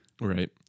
Right